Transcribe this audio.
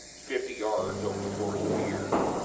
fifty yards over the course of the year,